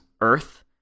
Earth